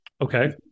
Okay